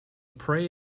pray